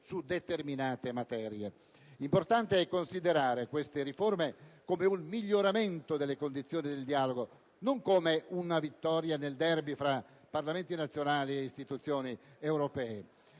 su determinate materie. Importante è considerare queste riforme come un miglioramento delle condizioni del dialogo, non come una vittoria nel *derby* tra Parlamenti nazionali ed istituzioni europee.